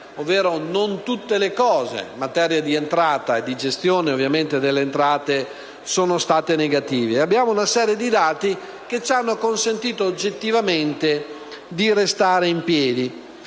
Non tutti gli elementi in materia di entrata e di gestione delle entrate, infatti, sono stati negativi: abbiamo una serie di dati che ci hanno consentito oggettivamente di restare in piedi.